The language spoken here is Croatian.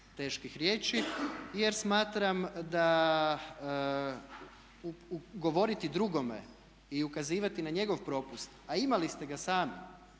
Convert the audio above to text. teških riječi jer smatram da govoriti drugome i ukazivati na njegov propust, a imali ste ga sami